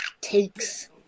takes